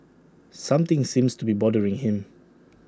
something seems to be bothering him